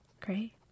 great